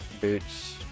boots